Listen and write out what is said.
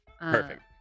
Perfect